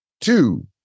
Two